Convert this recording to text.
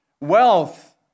wealth